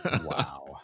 Wow